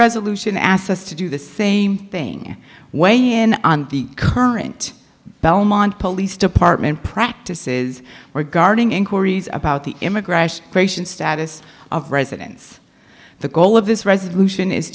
resolution asked us to do the same thing weigh in on the current belmont police department practices regarding inquiries about the immigration creation status of residents the goal of this resolution is